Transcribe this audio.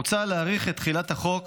מוצע להאריך את תחילת החוק